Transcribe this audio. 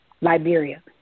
Liberia